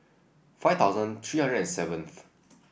five thousand three hundred and seventh